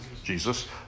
Jesus